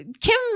Kim